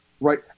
right